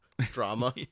Drama